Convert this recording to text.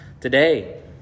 today